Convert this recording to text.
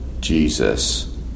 Jesus